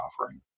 offering